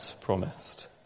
promised